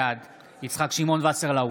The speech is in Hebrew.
בעד יצחק שמעון וסרלאוף,